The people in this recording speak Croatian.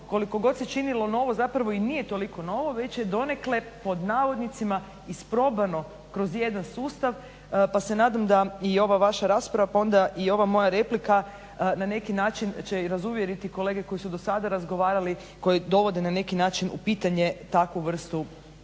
koliko god se činilo novo zapravo i nije toliko novo već je donekle pod navodnicima isprobano kroz jedan sustav pa se nadam da i ova vaša rasprava pa onda i ova moja replika na neki način će razuvjeriti kolege koji su do sada razgovarali koji dovode na neki način u pitanje takvu vrstu